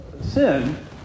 sin